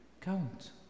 count